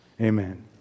Amen